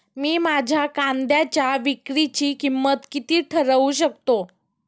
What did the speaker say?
मी माझ्या कांद्यांच्या विक्रीची किंमत किती ठरवू शकतो?